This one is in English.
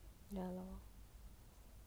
ya loh